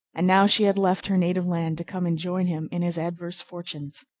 and now she had left her native land to come and join him in his adverse fortunes.